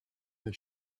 the